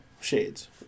Shades